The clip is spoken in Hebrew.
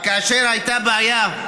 כאשר הייתה בעיה,